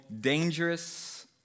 dangerous